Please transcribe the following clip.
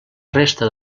resta